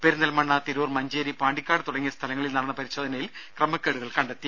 പെരിന്തൽമണ്ണ തിരൂർ മഞ്ചേരി പാണ്ടിക്കാട് തുടങ്ങിയ സ്ഥലങ്ങളിൽ നടന്ന പരിശോധനയിൽ ക്രമക്കേടുകൾ കണ്ടെത്തി